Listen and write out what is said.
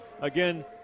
again